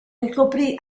ricoprì